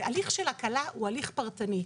זה הליך של הקלה, הוא הליך פרטני.